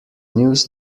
news